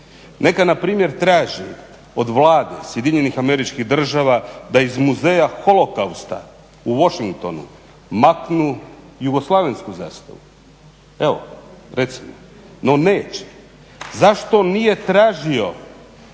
Neka npr. traži od Vlade SAD-a, da iz Muzeja holokausta u Washingtonu maknu jugoslavensku zastavu. Evo recimo, no neće. Zašto nije tražio